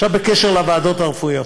בקשר לוועדות הרפואיות,